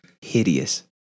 Hideous